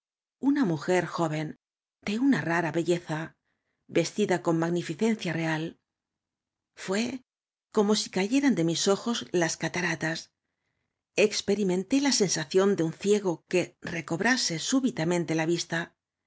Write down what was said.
una mujer joven de una rara belleza vestida con magnificencia real fué como si cayeran de mis ojos ias cataratas experimenté ia sensación de un ciego que recobrase súbitamente ia vista